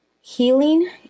healing